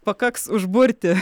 pakaks užburti